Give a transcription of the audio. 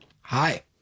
Hi